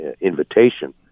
invitation